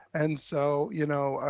and so, you know,